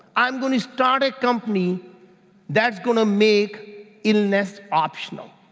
i'm gonna start a company that's gonna make it less optional,